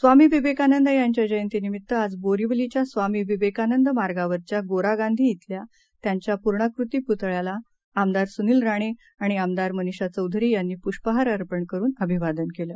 स्वामीविवेकानंदयांच्याजयंतीनिमित्तआजबोरिवलीच्यास्वामीविवेकानंदमार्गावरच्यागोरागांधीश्वल्यात्यांच्यापूर्णाकृतीपुतळयाला आमदारसुनिलराणेआणिआमदारमनिषाचौधरीयांनीपुष्पहारअर्पणकरूनअभिवादनकेलं